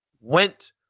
went